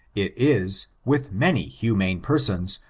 it is, with many humane persons,